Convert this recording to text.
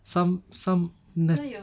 some some